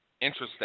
Interesting